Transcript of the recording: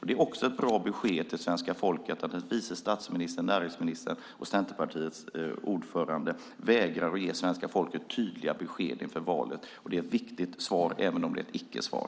Det är också ett bra besked till svenska folket att vice statsministern, näringsministern och Centerpartiets ordförande vägrar att ge svenska folket tydliga besked inför valet. Det är ett viktigt svar även om det är ett icke-svar.